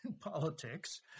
politics